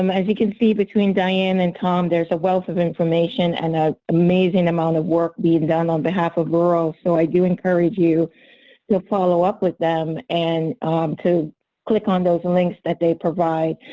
um as you can see, between diane and tom there's a wealth of information and an amazing amount of work being done on behalf of rural, so i do encourage you to follow up with them and to click on those and links that they provide.